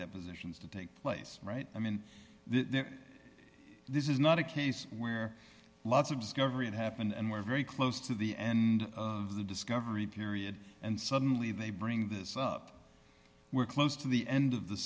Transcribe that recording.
depositions to take place right i mean this is not a case where lots of discovery had happened and we're very close to the end of the discovery period and suddenly they bring this up we're close to the end of the